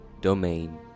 domain